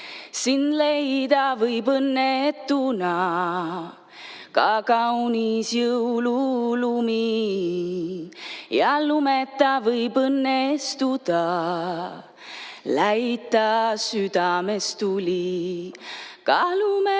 Sind leida võib õnnetuna, ka kaunis jõululumi, ja lumeta võib õnnestuda, läita südames tuli. Ka lumeta